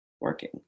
working